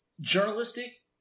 journalistic